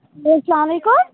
السلامُ علیکُم